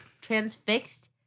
transfixed